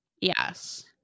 yes